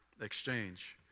exchange